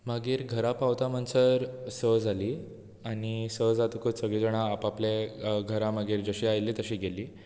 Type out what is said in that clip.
मागीर घरा पावता म्हनसर स जाली आनी स जातकूत सगलीं जाणां आपआपले घरा जशीं आयिल्लीं तशीं मागीर गेलीं